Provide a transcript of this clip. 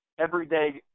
everyday